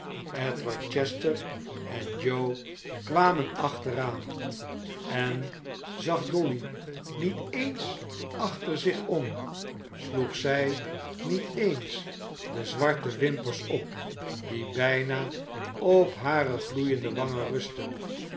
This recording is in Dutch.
edward chester en joe kwamen achteraan en zag dolly niet dens achter zich om sloeg zij niet eens de zwarte wimpers op die bijna op hare gloeiende wangen rustten